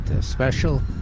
special